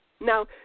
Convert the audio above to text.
Now